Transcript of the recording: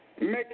make